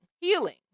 Healing